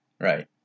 Right